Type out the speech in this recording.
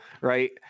right